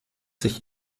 sich